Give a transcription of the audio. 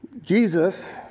Jesus